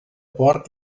porc